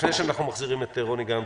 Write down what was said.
לפני שאנחנו מחזירים את רוני גמזו,